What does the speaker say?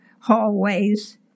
hallways